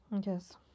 Yes